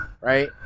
right